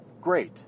great